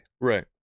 Right